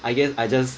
I guess I just